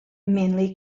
mainly